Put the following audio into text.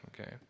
Okay